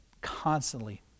constantly